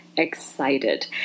excited